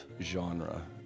genre